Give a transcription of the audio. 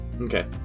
okay